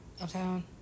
Uptown